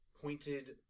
pointed